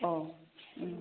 औ ओम